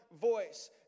voice